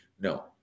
No